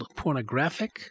pornographic